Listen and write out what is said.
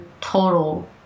total